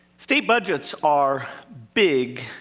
state budgets are big,